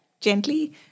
gently